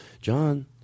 John